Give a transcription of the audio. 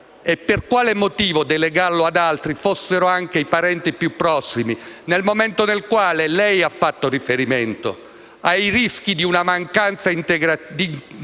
Per quale motivo delegarlo ad altri, fossero anche i parenti più prossimi, nel momento in cui lei ha fatto riferimento ai rischi di una mancanza di integrazione